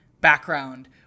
background